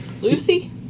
Lucy